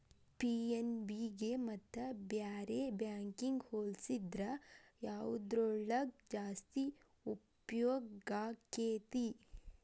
PNB ಗೆ ಮತ್ತ ಬ್ಯಾರೆ ಬ್ಯಾಂಕಿಗ್ ಹೊಲ್ಸಿದ್ರ ಯವ್ದ್ರೊಳಗ್ ಜಾಸ್ತಿ ಉಪ್ಯೊಗಾಕ್ಕೇತಿ?